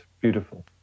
beautiful